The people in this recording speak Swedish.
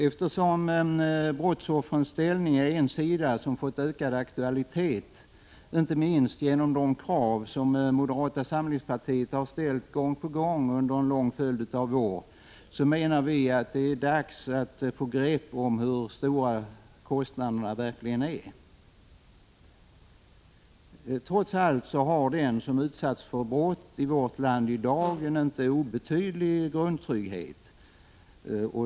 Eftersom brottsoffrens ställning är en sida av saken som fått ökad aktualitet, inte minst genom de krav som moderata samlingspartiet ställt gång på gång under en följd av år, menar vi nu att det är dags att få grepp om hur stora de verkliga kostnaderna är. Trots allt har den som utsatts för brott i vårt land i dag en inte obetydlig grundtrygghet.